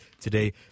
today